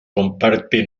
comparte